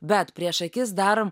bet prieš akis dar